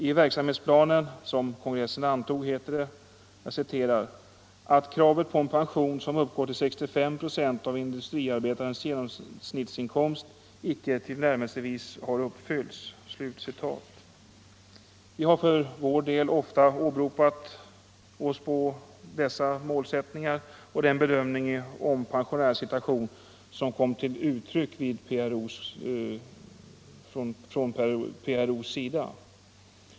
I verksamhetsplanen som kongressen antog heter det ”att kravet på en pension, som uppgår till 65 procent av industriarbetarens genomsnittsinkomst, icke tillnärmelsevis har uppfyllts”. Vi har för vår del ofta åberopat oss på dessa målsättningar och den bedömning av pensionärernas situation som kommit till uttryck från PRO:s sida.